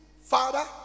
Father